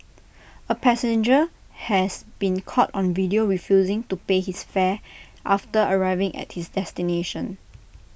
A passenger has been caught on video refusing to pay his fare after arriving at his destination